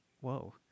whoa